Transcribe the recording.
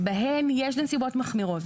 שבהן יש נסיבות מחמירות,